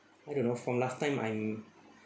I don't know from last time I'm